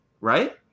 Right